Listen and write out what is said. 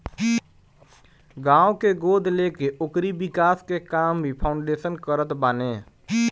गांव के गोद लेके ओकरी विकास के काम भी फाउंडेशन करत बाने